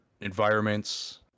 environments